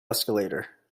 escalator